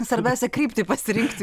svarbiausia kryptį pasirinkti